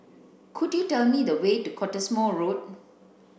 could you tell me the way to Cottesmore Road